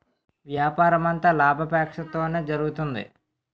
వ్యాపారమంతా లాభాపేక్షతోనే జరుగుతుంది